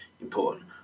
important